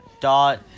dot